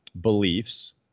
beliefs